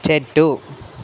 చెట్టు